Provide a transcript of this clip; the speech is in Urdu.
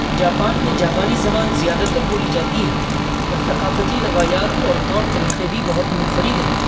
جاپان میں جاپانی زبان زیادہ تر بولی جاتی ہے اور ثقافتی روایات اور طور طریقے بھی بہت منفرد ہیں